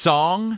Song